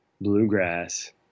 bluegrass